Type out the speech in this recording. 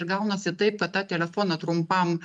gaunasi taip kad tą telefoną trumpam